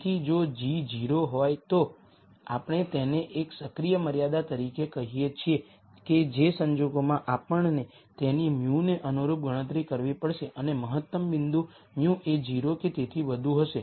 તેથી જો g 0 હોય તો આપણે તેને એક સક્રિય મર્યાદા તરીકે કહીએ છીએ કે જે સંજોગોમાં આપણે તેની μ ને અનુરૂપ ગણતરી કરવી પડશે અને મહત્તમ બિંદુ μ એ 0 કે તેથી વધુ હશે